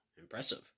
impressive